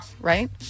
right